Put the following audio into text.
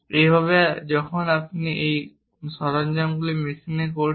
একইভাবে আপনি যখন এই সরঞ্জামগুলি মেশিন করছেন